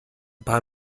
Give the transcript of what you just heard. paar